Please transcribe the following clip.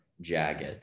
jagged